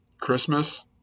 Christmas